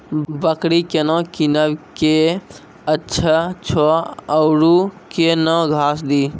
बकरी केना कीनब केअचछ छ औरू के न घास दी?